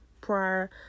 Prior